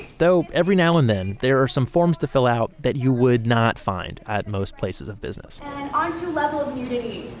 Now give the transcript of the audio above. though every now and then there, are some forms to fill out that you would not find at most places of business onto level of nudity.